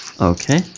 Okay